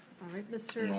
right, mr. yeah